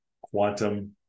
quantum